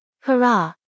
Hurrah